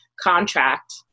contract